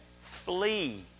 flee